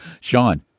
Sean